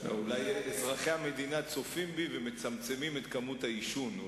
אולי אזרחי המדינה צופים בי ומצמצמים את כמות העישון.